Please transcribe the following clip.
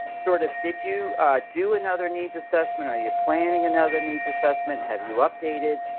sort of did you do another needs assessment? are you planning another needs assessment? have you updated?